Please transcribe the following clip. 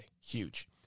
huge